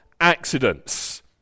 accidents